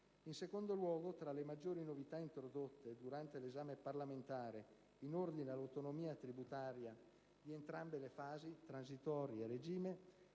dei Comuni. Tra le maggiori novità introdotte durante l'esame parlamentare in ordine all'autonomia tributaria di entrambe le fasi (transitoria e a regime)